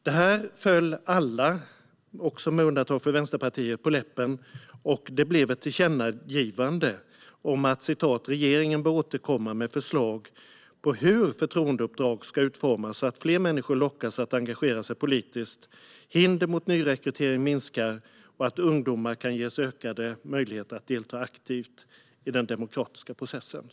Detta föll alla på läppen - även här med undantag för Vänsterpartiet - och det blev ett tillkännagivande om att regeringen bör återkomma med förslag på hur förtroendeuppdrag ska utformas så att fler människor lockas att engagera sig politiskt, att hinder mot nyrekrytering minskar och att ungdomar kan ges ökade möjligheter att delta aktivt i den demokratiska processen.